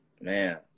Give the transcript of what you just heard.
Man